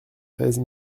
treize